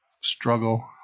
struggle